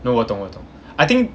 no 我懂我懂 I think